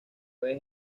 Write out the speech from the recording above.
vez